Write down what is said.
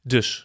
Dus